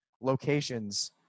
locations